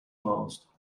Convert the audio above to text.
last